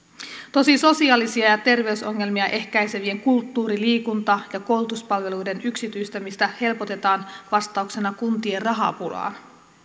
tosin sosiaalisia ja terveysongelmia ehkäisevien kulttuuri liikunta ja koulutuspalveluiden yksityistämistä helpotetaan vastauksena kuntien rahapulaan